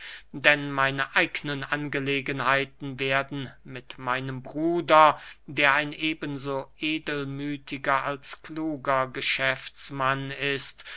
denn meine eignen angelegenheiten werden mit meinem bruder der ein eben so edelmüthiger als kluger geschäftsmann ist